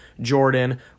Jordan